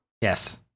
Yes